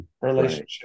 relationship